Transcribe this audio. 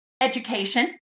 Education